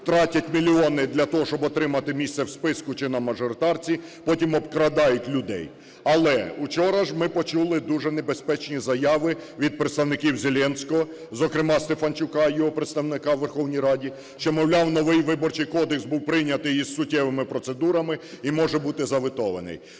тратять мільйони для того, щоб отримати місце в списку чи на мажоритарці, потім обкрадають людей. Але учора ж ми почули дуже небезпечні заяви від представників Зеленського, зокрема Стефанчука, його представника у Верховній Раді, що, мовляв, новий Виборчий кодекс був прийнятий із суттєвими процедурами і може бути заветований.